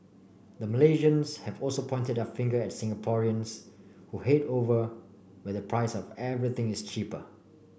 the Malaysians have also pointed their finger at Singaporeans who head over where the price of everything is cheaper